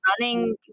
running